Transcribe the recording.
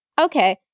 Okay